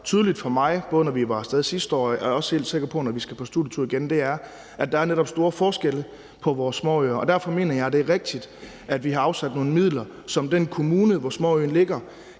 tydeligt for mig, da vi var sted sidste år – og jeg er også helt sikker på, at det bliver det, når vi skal på studietur – er, at der netop er store forskelle på vores småøer. Derfor mener jeg, at det er rigtigt, at vi har afsat nogle midler, som den kommune, som småøen ligger